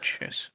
yes